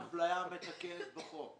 זה יוצר פה אפליה מתקנת בחוק.